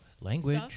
Language